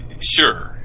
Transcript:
sure